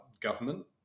government